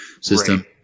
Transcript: system